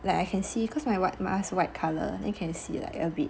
like I can see cause my white mask white colour then you can see like a bit